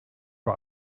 bei